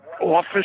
office